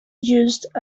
used